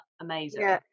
Amazing